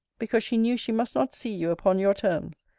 because she knew she must not see you upon your terms,